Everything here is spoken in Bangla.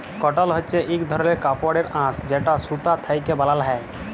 কটল হছে ইক ধরলের কাপড়ের আঁশ যেট সুতা থ্যাকে বালাল হ্যয়